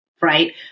Right